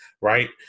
right